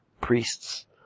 priests